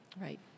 Right